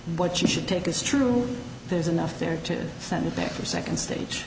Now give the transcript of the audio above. what you should take is true there's enough there to send it back for second stage